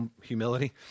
humility